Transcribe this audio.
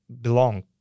belong